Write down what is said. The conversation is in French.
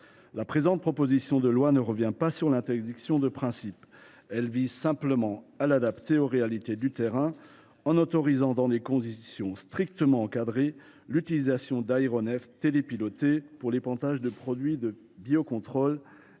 La présente proposition de loi ne revient pas sur l’interdiction de principe. Elle vise simplement à l’adapter aux réalités du terrain, en autorisant, dans des conditions strictement encadrées, l’utilisation d’aéronefs télépilotés pour l’épandage de produits de biocontrôle